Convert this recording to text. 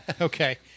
Okay